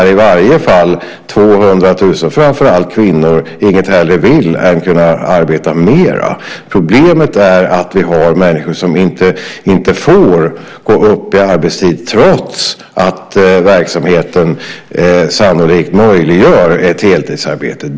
I varje fall 200 000, framför allt kvinnor, vill inget hellre än arbeta mera. Problemet är att vi har människor som inte får gå upp i arbetstid trots att verksamheten sannolikt möjliggör ett heltidsarbete.